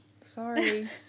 sorry